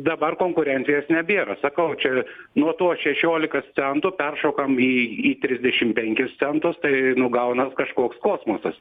dabar konkurencijos nebėra sakau čia nuo to šešiolikos centų peršokam į į trisdešim penkis centus tai nu gaunas kažkoks kosmosas